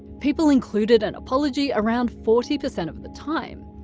people included an apology around forty percent of the time.